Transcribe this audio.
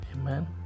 Amen